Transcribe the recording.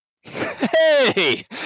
Hey